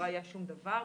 לא היה שום דבר,